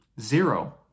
Zero